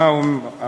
מה הוא אמר: